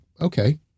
okay